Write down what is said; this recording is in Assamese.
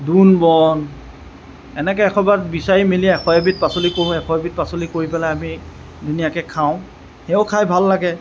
দুনবন এনেকে এশ শাক বিচাৰি মেলি এশ এবিধ পাচলি পৰোঁ এশ এবিধ পাচলি কৰি পেলায় আমি ধুনীয়াকে খাওঁ সেইয়াও খায় ভাল লাগে